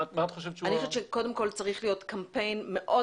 אני חושבת שקודם כול צריך להיות קמפיין מאוד